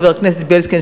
חבר הכנסת בילסקי,